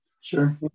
Sure